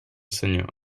senyor